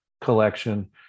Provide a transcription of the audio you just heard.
collection